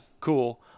Cool